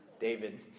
David